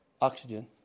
Oxygen